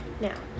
Now